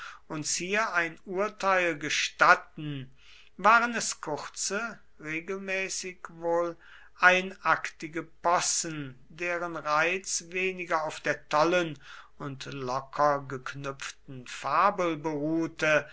uns hier ein urteil gestatten waren es kurze regelmäßig wohl einaktige possen deren reiz weniger auf der tollen und locker geknüpften fabel beruhte